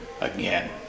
Again